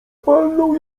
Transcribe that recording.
palnął